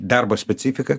darbo specifiką